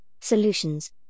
solutions